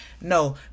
no